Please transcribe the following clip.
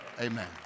Amen